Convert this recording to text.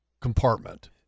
compartment